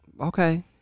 okay